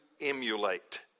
emulate